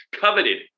coveted